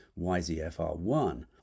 YZF-R1